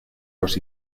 los